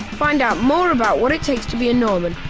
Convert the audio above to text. find out more about what it takes to be a norman.